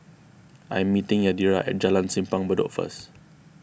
I am meeting Yadira at Jalan Simpang Bedok first